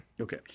Okay